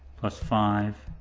plus five